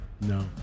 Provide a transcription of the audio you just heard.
No